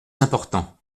important